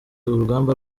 urugamba